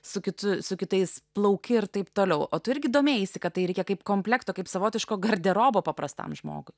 su kitu su kitais plauki ir taip toliau o tu irgi domėjaisi kad tai reikia kaip komplekto kaip savotiško garderobo paprastam žmogui